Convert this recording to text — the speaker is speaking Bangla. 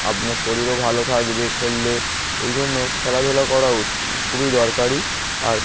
আপনার শরীরও ভালো থাকবে খেললে এই জন্য খেলাধুলা করাও খুবই দরকারি আর